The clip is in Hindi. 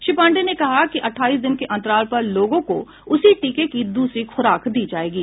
श्री पांडेय ने कहा कि अठाईस दिन के अंतराल पर लोगों को उसी टीके की द्रसरी खुराक दी जाएंगी